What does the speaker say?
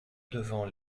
devant